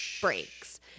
breaks